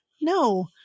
No